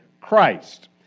Christ